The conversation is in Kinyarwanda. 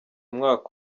umwaka